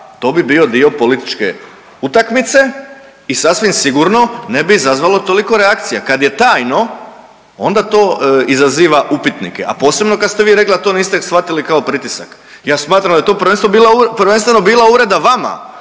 to bi bio dio političke utakmice i sasvim sigurno ne bi izazvalo toliko reakcija. Kad je tajno onda to izaziva upitnike, a posebno kad ste vi rekla da to niste shvatili kao pritisak. Ja smatram da je to prvenstveno bila uvreda vama